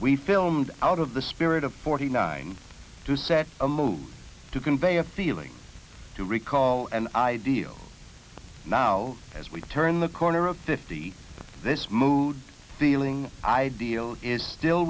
we filmed out of the spirit of forty nine to set a move to convey a feeling to recall an ideal now as we turn the corner of fifty this mood feeling ideal is still